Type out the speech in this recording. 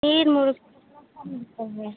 सब मिलता है